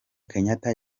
kenyatta